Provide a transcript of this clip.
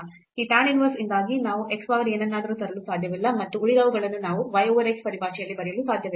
ಈ tan inverse ಇಂದಾಗಿ ನಾವು x power ಏನನ್ನಾದರೂ ತರಲು ಸಾಧ್ಯವಿಲ್ಲ ಮತ್ತು ಉಳಿದವುಗಳನ್ನು ನಾವು y over x ಪರಿಭಾಷೆಯಲ್ಲಿ ಬರೆಯಲು ಸಾಧ್ಯವಿಲ್ಲ